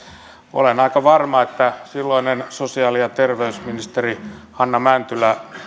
olen aika varma että silloinen sosiaali ja terveysministeri hanna mäntylä